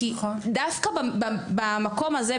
כי דווקא במקום הזה,